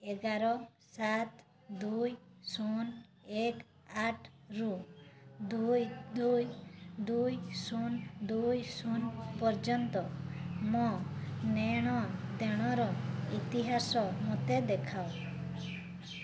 ଏଗାର ସାତ ଦୁଇ ଶୂନ୍ ଏକ ଆଠରୁ ଦୁଇ ଦୁଇ ଦୁଇ ଶୂନ ଦୁଇ ଶୂନ ପର୍ଯ୍ୟନ୍ତ ମୋ ନେଣଦେଣର ଇତିହାସ ମୋତେ ଦେଖାଅ